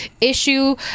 issue